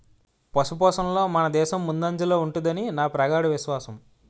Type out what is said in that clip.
పశుపోషణలో మనదేశం ముందంజలో ఉంటుదని నా ప్రగాఢ విశ్వాసం